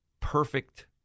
perfect